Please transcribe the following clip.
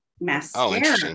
mascara